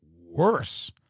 worse